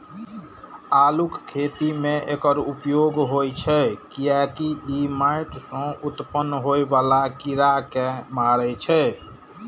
आलूक खेती मे एकर उपयोग होइ छै, कियैकि ई माटि सं उत्पन्न होइ बला कीड़ा कें मारै छै